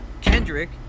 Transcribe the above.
Kendrick